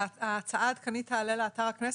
ההצעה העדכנית תעלה לאתר הכנסת?